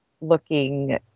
looking